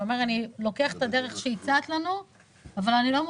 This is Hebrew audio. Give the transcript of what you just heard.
הוא אמר שהוא לוקח את הדרך שהצעתי להם אבל הוא לא היה